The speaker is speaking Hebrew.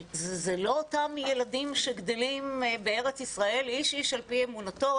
אלה לא אותם ילדים שגדלים בארץ ישראל איש איש על פי אמונתו?